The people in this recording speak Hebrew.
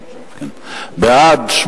בעד,